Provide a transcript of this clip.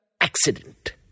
Accident